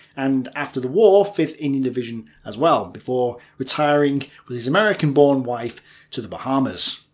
and after the war, fifth indian division as well, before retiring with his american-born wife to the bahamas.